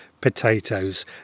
potatoes